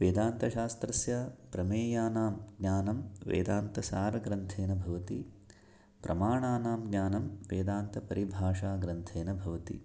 वेदान्तशास्त्रस्य प्रमेयानां ज्ञानं वेदान्तसारग्रन्थेन भवति प्रमाणानां ज्ञानं वेदान्तपरिभाषाग्रन्थेन भवति